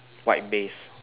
white base